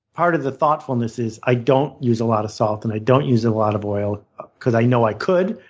part of the thoughtfulness is i don't use a lot of salt and i don't use a lot of oil because i know i could,